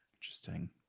Interesting